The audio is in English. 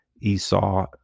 Esau